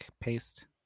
paste